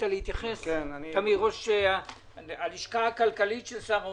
ראש הלשכה הכלכלית של שר האוצר,